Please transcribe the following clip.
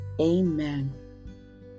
Amen